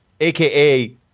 aka